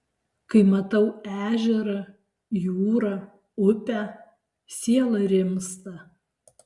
kai matau ežerą jūrą upę siela rimsta